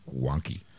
wonky